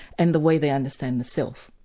and the way they understand the self.